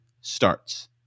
starts